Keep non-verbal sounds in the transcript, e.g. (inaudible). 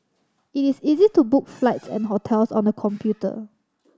it is easy to book flights (noise) and hotels on the computer